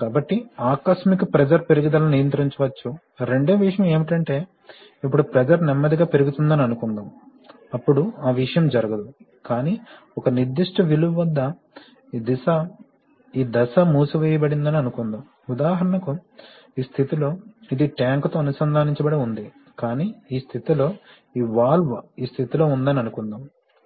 కాబట్టి ఆకస్మిక ప్రెషర్ పెరుగుదలను నియంత్రించవచ్చు రెండవ విషయం ఏమిటంటే ఇప్పుడు ప్రెషర్ నెమ్మదిగా పెరుగుతుందని అనుకుందాం అప్పుడు ఆ విషయం జరగదు కానీ ఒక నిర్దిష్ట విలువ వద్ద ఈ దశ మూసివేయబడిందని అనుకుందాం ఉదాహరణకు ఈ స్థితిలో ఇది ట్యాంక్తో అనుసంధానించబడి ఉంది కానీ ఈ స్థితిలో ఈ వాల్వ్ ఈ స్థితిలో ఉందని అనుకుందాం